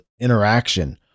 interaction